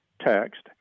text